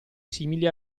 simili